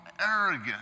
arrogant